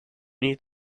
need